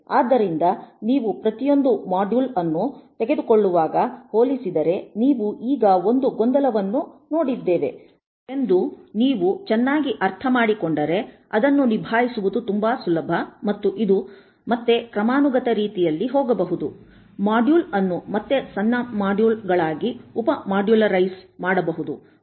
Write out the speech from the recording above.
ಆದ್ದರಿಂದ ನೀವು ಪ್ರತಿಯೊಂದು ಮಾಡ್ಯುಲ್ ಅನ್ನು ತೆಗೆದುಕೊಳ್ಳುವಾಗ ಹೋಲಿಸಿದರೆ ನಾವು ಈಗ ಒಂದು ಗೊಂದಲವನ್ನು ನೋಡಿದ್ದೇವೆ ಎಂದು ನೀವು ಚೆನ್ನಾಗಿ ಅರ್ಥಮಾಡಿಕೊಂಡರೆ ಅದನ್ನು ನಿಭಾಯಿಸುವುದು ತುಂಬಾ ಸುಲಭ ಮತ್ತು ಇದು ಮತ್ತೆ ಕ್ರಮಾನುಗತ ರೀತಿಯಲ್ಲಿ ಹೋಗಬಹುದು ಮಾಡ್ಯುಲ್ ಅನ್ನು ಮತ್ತೆ ಸಣ್ಣ ಮಾಡ್ಯುಲ್ಗಳಾಗಿ ಉಪ ಮಾಡ್ಯುಲರೈಸ್ ಮಾಡಬಹುದು